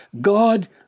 God